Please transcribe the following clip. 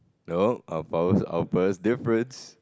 no our powers our powers difference